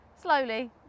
Slowly